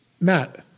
Matt